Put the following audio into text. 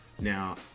Now